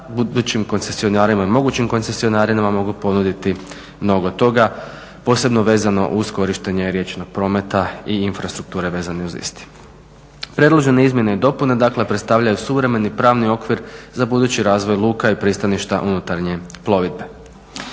budućim koncesionarima i mogućim koncesionarima mogu ponuditi mnogo toga posebno vezano uz korištenje riječnog prometa i infrastrukture vezano uz korištenje riječnog prometa i infrastrukture vezano uz isti. Predložene i izmjene dakle predstavljaju suvremeni pravni okvir za budući razvoj luka i pristaništa unutarnje plovidbe.